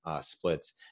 splits